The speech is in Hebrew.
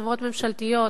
חברות ממשלתיות,